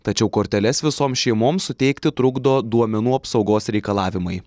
tačiau korteles visoms šeimoms suteikti trukdo duomenų apsaugos reikalavimai